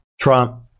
Trump